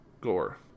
Gore